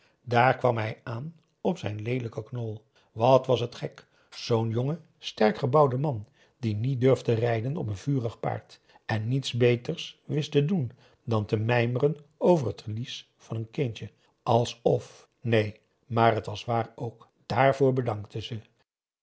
daar kwam hij aan op zijn leelijken knol wat was het gek zoo'n jonge sterk gebouwde man die niet durfde rijden op een vurig paard en niets beters wist te doen dan te mijmeren over het verlies van een kindje alsof neen maar t was waar ook dààrvoor bedankte ze